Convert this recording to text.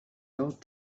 love